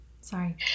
Sorry